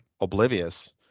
oblivious